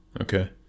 Okay